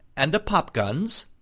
and a pop-guns,